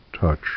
touch